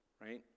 Right